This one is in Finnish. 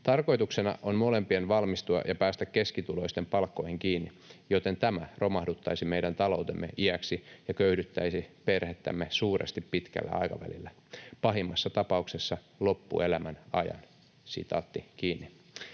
Tarkoituksena on molempien valmistua ja päästä keskituloisten palkkoihin kiinni, joten tämä romahduttaisi meidän taloutemme iäksi ja köyhdyttäisi perhettämme suuresti pitkällä aikavälillä, pahimmassa tapauksessa loppuelämän ajan.” ”Saan Kelan